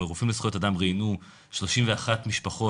רופאים לזכויות אדם ראיינו 31 משפחות.